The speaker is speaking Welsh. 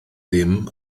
ddim